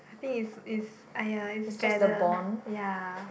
think is is !aiya! is better ya